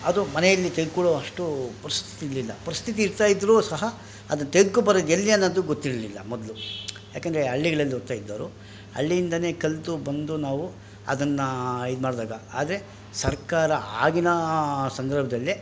ಅದು ಮನೆಯಲ್ಲಿ ತೆಗೆದ್ಕೊಳ್ಳೋವಷ್ಟು ಪರಿಸ್ಥಿತಿಗಳಿಲ್ಲ ಪರಿಸ್ಥಿತಿ ಇರ್ತಾಯಿದ್ದರು ಸಹ ಅದನ್ನ ತೆಗ್ದ್ಕೊಂಡು ಬರೋದೆಲ್ಲಿ ಅನ್ನೋದು ಗೊತ್ತಿರಲಿಲ್ಲ ಮೊದಲು ಏಕೆಂದ್ರೆ ಹಳ್ಳಿಗಳಲ್ಲಿ ಓದ್ತಾಯಿದ್ದೋರು ಹಳ್ಳಿಯಿಂದನೇ ಕಲಿತು ಬಂದು ನಾವು ಅದನ್ನು ಇದ್ಮಾಡಿದಾಗ ಆದರೆ ಸರ್ಕಾರ ಆಗಿನ ಸಂದರ್ಭ್ದಲ್ಲೇ